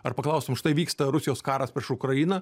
ar paklaustum štai vyksta rusijos karas prieš ukrainą